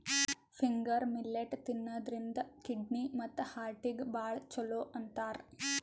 finger millet ತಿನ್ನದ್ರಿನ್ದ kidney ಮತ್ತ್ ಹಾರ್ಟಿಗ್ ಭಾಳ್ ಛಲೋ ಅಂತಾರ್